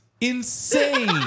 insane